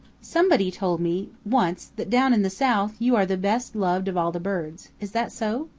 somebody told me once that down in the south you are the best loved of all the birds. is that so?